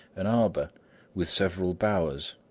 an arbour with several bowers,